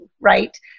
right